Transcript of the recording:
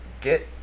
get